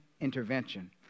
intervention